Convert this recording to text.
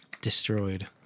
destroyed